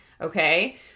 Okay